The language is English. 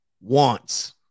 wants